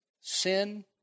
sin